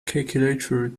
calculator